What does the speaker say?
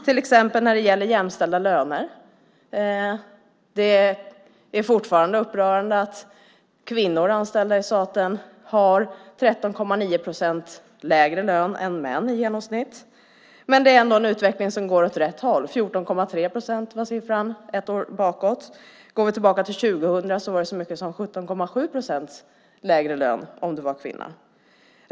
När det gäller till exempel jämställda löner är det fortfarande upprörande att kvinnor anställda i staten har i genomsnitt 13,9 procent lägre lön än män, men utvecklingen går ändå åt rätt håll. Siffran var 14,3 procent ett år bakåt. Går vi tillbaka till 2000 var det så mycket som 17,7 procent lägre lön för kvinnor.